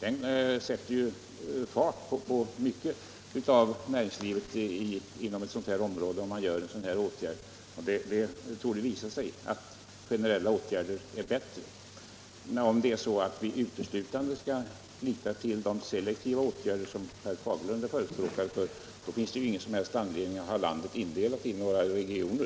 En sådan åtgärd sätter fart på mycket av näringslivet inom ett sådant här område. Det torde visa sig att generella åtgärder är bättre. Om vi uteslutande skall lita till de selektiva åtgärder som herr Fagerlund är förespråkare för, finns det ingen som helst anledning att ha landet indelat i regioner.